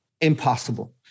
impossible